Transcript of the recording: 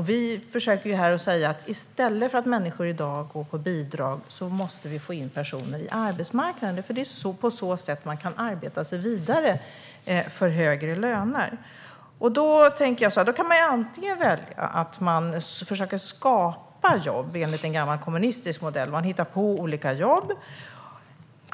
Vi försöker ju säga att vi måste försöka få in personer på arbetsmarknaden i stället för att de ska gå på bidrag. Det är ju på så sätt de kan arbeta sig vidare för högre löner. En möjlighet är att man försöker skapa jobb enligt en gammal kommunistisk modell, där man hittar på olika jobb.